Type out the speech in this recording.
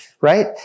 Right